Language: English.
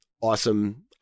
Awesome